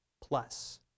plus